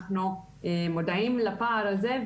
אנחנו מודעים לפער הזה,